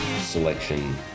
selection